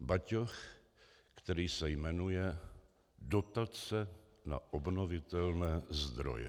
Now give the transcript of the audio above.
Batoh, který se jmenuje dotace na obnovitelné zdroje.